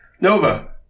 Nova